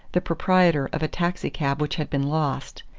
the proprietor of a taxicab which had been lost.